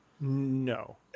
No